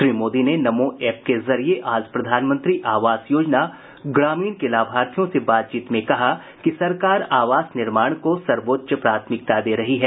श्री मोदी ने नमो एप के जरिये आज प्रधानमंत्री आवास योजना ग्रामीण के लाभार्थियों से बातचीत में कहा कि सरकार आवास निर्माण को सर्वोच्च प्राथमिकता दे रही है